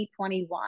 2021